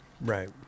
right